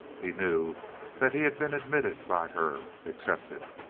he knew that he had been admitted by her accepted.